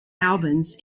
albans